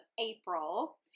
April